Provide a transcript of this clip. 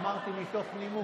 אמרתי מתוך נימוס.